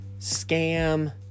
scam